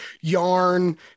yarn